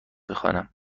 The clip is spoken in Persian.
بخوانم